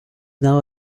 now